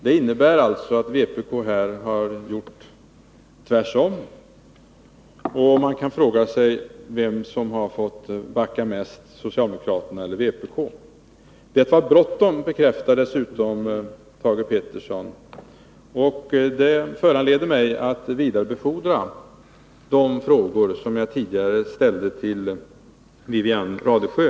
Det innebär alltså att vpk här har gjort tvärtom mot vad man sagt tidigare. Man kan fråga sig vem som fått backa mest — socialdemokraterna eller vpk. Att det var bråttom bekräftades av Thage Peterson, och det föranleder mig att till honom vidarebefordra de frågor som jag tidigare ställde till Wivi-Anne Radesjö.